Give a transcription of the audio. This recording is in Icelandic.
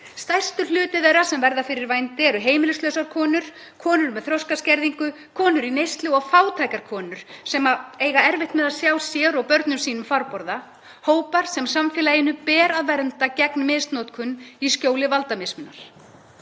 Stærstur hluti þeirra sem verða fyrir vændi eru heimilislausar konur, konur með þroskaskerðingu, konur í neyslu og fátækar konur sem eiga erfitt með að sjá sér og börnum sínum farborða; hópar sem samfélaginu ber að vernda gegn misnotkun í skjóli valdamismunar.